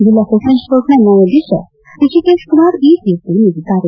ಜಿಲ್ಲಾ ಸೆಷನ್ಸ್ ಕೋರ್ಟ್ನ ನ್ಲಾಯಧೀಶ ಹೃಷಿಕೇಷ್ಕುಮಾರ್ ಈ ತೀರ್ಮ ನೀಡಿದ್ದಾರೆ